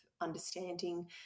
Understanding